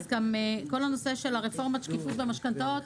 גם כל הנושא של רפורמת השקיפות במשכנתאות,